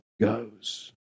goes